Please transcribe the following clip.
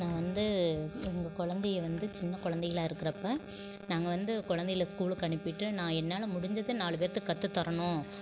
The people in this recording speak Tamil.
நான் வந்து எங்கள் குழந்தைய வந்து சின்ன குழந்தைகளா இருக்கிறப்ப நாங்கள் வந்து குழந்தைகள ஸ்கூலுக்கு அனுப்பிட்டு நான் என்னால் முடிஞ்சதை நாலு பேத்துக்கு கற்று தரணும்